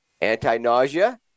anti-nausea